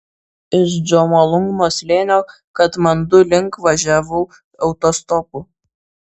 iš džomolungmos slėnio katmandu link važiavau autostopu